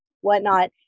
Whatnot